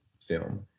film